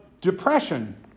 depression